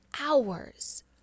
hours